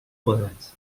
quadrats